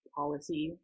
policy